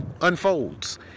unfolds